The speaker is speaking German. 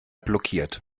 blockiert